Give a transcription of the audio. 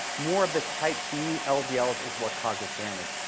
more of the type b ldls is what causes damage.